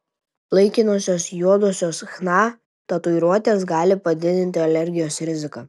laikinosios juodosios chna tatuiruotės gali padidinti alergijos riziką